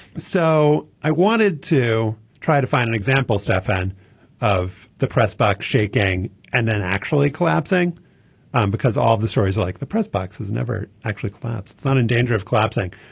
so i wanted to try to find an example stefan of the press box shaking and then actually collapsing um because of the stories like the press boxes never actually collapse. it's not in danger of collapsing.